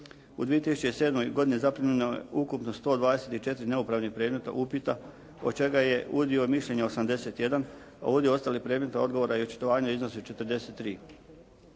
U 2007. godini zaprimljeno je ukupno 124 neupravnih predmeta, upita od čega je udio mišljenja 81, a udio ostalih predmeta, odgovora i očitovanja iznosi 43.